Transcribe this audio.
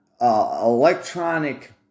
electronic